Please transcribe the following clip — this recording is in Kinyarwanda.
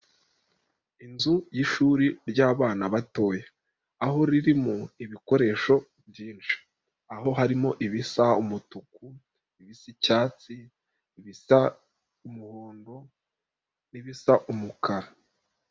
Inzu y'ishuri ry'abana batoya. Aho ririmo ibikoresho byinshi. Aho harimo ibisa umutuku, ibisa icyatsi, ibisa umuhondo n'ibisa umukara.